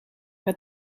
het